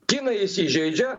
kinai įsižeidžia